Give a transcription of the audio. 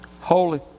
Holy